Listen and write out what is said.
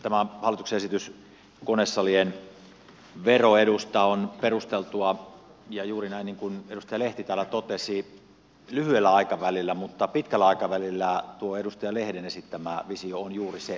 tämä hallituksen esitys konesalien veroedusta on perusteltu juuri niin kuin edustaja lehti täällä totesi lyhyellä aikavälillä mutta pitkällä aikavälillä tuo edustaja lehden esittämä visio on juuri se oikea